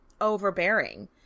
overbearing